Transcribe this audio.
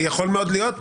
אתה לא יודע,